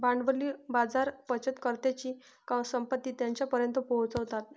भांडवली बाजार बचतकर्त्यांची संपत्ती त्यांच्यापर्यंत पोहोचवतात